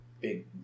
big